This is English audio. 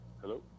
Hello